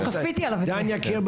דן יקיר,